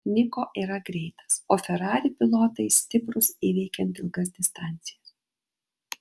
niko yra greitas o ferrari pilotai stiprūs įveikiant ilgas distancijas